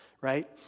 right